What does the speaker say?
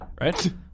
right